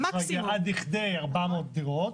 עד לכדי 400 דירות,